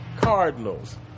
Cardinals